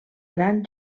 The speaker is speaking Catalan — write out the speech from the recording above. gran